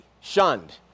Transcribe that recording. shunned